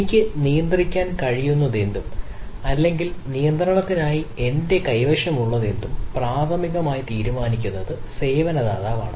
എനിക്ക് നിയന്ത്രിക്കാൻ കഴിയുന്നതെന്തും അല്ലെങ്കിൽ നിയന്ത്രണത്തിനായി എന്റെ കൈവശമുള്ളതെന്തും പ്രാഥമികമായി തീരുമാനിക്കുന്നത് സേവന ദാതാവാണ്